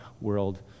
world